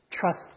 trust